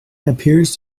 appears